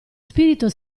spirito